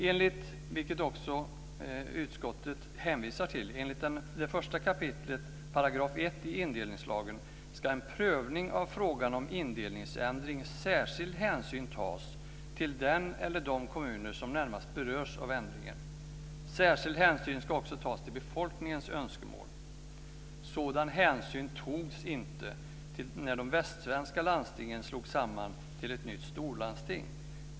Enligt 1 kap. 1 § indelningslagen, vilket utskottet hänvisar till, ska vid en prövning av frågan om indelningsändring särskild hänsyn tas till den eller de kommuner som närmast berörs av ändringen. Särskild hänsyn ska också tas till befolkningens önskemål. Sådan hänsyn togs inte när de västsvenska landstingen slogs samman till ett nytt storlandsting.